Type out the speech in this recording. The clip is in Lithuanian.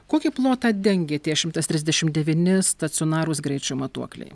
kokį plotą dengė tie šimtas trisdešim devyni stacionarūs greičio matuokliai